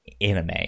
Anime